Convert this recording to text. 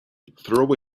throw